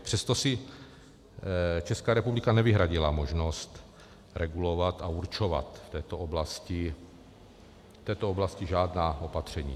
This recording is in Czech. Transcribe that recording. Přesto si Česká republika nevyhradila možnost regulovat a určovat v této oblasti žádná opatření.